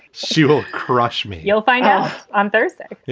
she will crush me. you'll find out on thursday